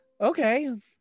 Okay